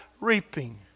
reaping